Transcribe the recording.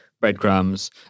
breadcrumbs